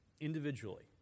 individually